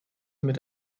mit